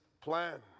plan